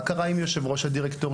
מה קרה עם יושב ראש הדירקטוריון,